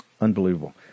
Unbelievable